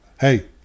hey